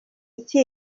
igiki